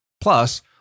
Plus